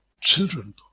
children